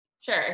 Sure